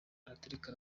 araturika